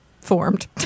formed